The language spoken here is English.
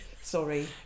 sorry